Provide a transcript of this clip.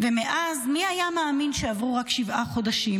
"מאז, מי היה מאמין שעברו רק שבעה חודשים?